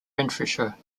renfrewshire